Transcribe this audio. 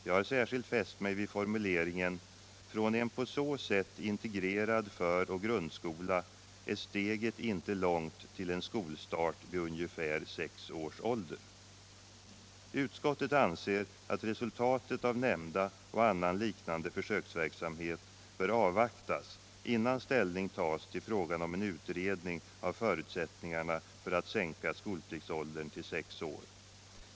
Jag har särskilt fäst mig vid formuleringen: ”Från en på så sätt integrerad föroch grundskola är steget inte långt till en skolstart vid ungefär sex års ålder.” Utskottet anser att resultatet av nämnd och annan liknande försöksverksamhet bör avvaktas innan ställning tas till frågan om en utredning av förutsättningarna för att sänka skolpliktsåldern till sex år.